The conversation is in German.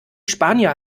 spanier